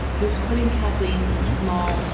who is putting kathleen's small,